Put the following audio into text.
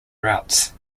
routes